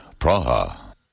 Praha